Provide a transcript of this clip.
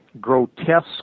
grotesque